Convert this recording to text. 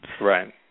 Right